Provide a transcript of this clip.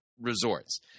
resorts